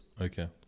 Okay